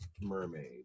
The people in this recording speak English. mermaid